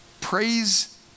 Praise